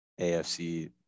AFC